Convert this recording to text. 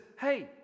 hey